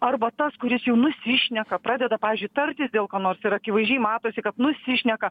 arba tas kuris jau nusišneka pradeda pavyzdžiui tartis dėl ko nors ir akivaizdžiai matosi kad nusišneka